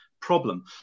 problem